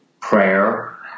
prayer